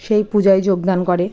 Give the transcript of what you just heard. সেই পূজায় যোগদান করে